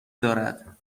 دارد